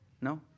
No